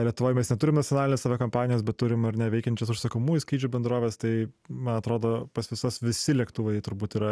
lietuvoj mes neturim nacionalinės aviakampanijos bet turim ar ne veikiančius užsakomųjų skrydžių bendroves tai man atrodo pas visas visi lėktuvai turbūt yra